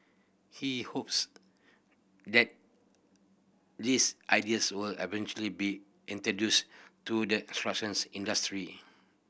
he hopes that these ideas will eventually be introduced to the struction industry